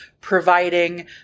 providing